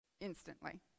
instantly